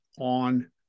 on